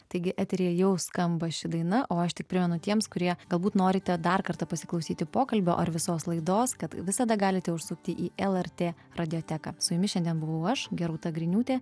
taigi eteryje jau skamba ši daina o aš tik primenu tiems kurie galbūt norite dar kartą pasiklausyti pokalbio ar visos laidos kad visada galite užsukti į lrt radioteką su jumis šiandien buvau aš gerūta griniūtė